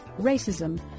racism